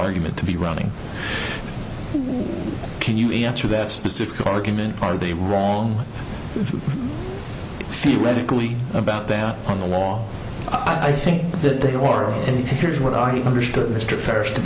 argument to be running can you answer that specific argument are they wrong theoretically about that on the law i think that the oral and here's what i mean understood refers